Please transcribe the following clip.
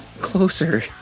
closer